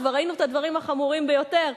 כבר ראינו את הדברים החמורים ביותר,